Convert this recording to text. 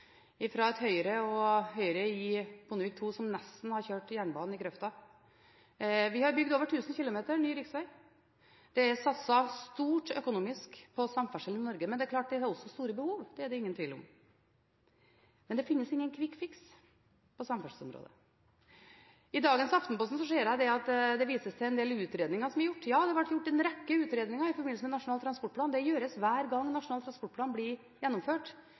Bondevik II-regjeringen nesten hadde kjørt jernbanen i grøfta. Vi har bygd over 1 000 km ny riksveg. Det har vært sterk økonomisk satsing på samferdsel i Norge, men det klart at det er også store behov. Det er det ingen tvil om. Men det finnes ingen «quick fix» på samferdselsområdet. I dagens Aftenposten ser jeg at det vises til en del utredninger som er gjort. Ja, det ble gjort en rekke utredninger i forbindelse med Nasjonal transportplan. Det gjøres hver gang Nasjonal transportplan